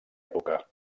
època